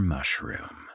Mushroom